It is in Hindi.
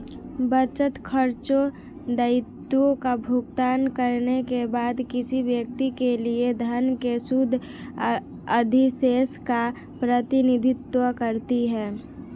बचत, खर्चों, दायित्वों का भुगतान करने के बाद किसी व्यक्ति के लिए धन के शुद्ध अधिशेष का प्रतिनिधित्व करती है